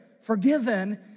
forgiven